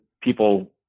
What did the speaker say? people